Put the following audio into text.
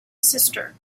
sister